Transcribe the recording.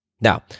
Now